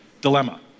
dilemma